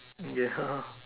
yes